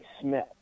Smith